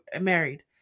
married